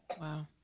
Wow